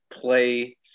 play